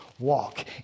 walk